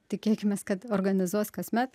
tikėkimės kad organizuos kasmet